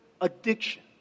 addiction